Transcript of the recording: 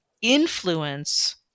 influence